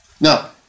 now